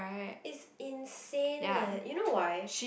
is insane eh you know why